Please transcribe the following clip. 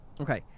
Okay